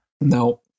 No